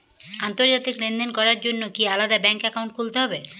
আন্তর্জাতিক লেনদেন করার জন্য কি আলাদা ব্যাংক অ্যাকাউন্ট খুলতে হবে?